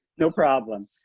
no problem.